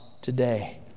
today